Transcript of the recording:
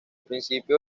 principio